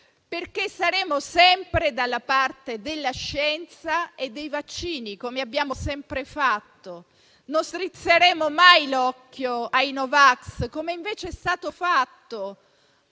perché saremo sempre dalla parte della scienza e dei vaccini, come abbiamo sempre fatto, e non strizzeremo mai l'occhio ai no vax, come invece è stato fatto